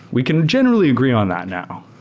we can generally agree on that now.